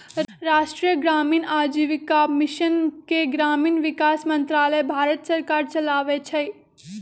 राष्ट्रीय ग्रामीण आजीविका मिशन के ग्रामीण विकास मंत्रालय भारत सरकार चलाबै छइ